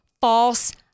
false